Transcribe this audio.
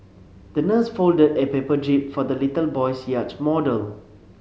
the nurse folded a paper jib for the little boy's yacht model